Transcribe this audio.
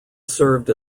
served